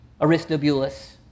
Aristobulus